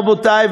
רבותי,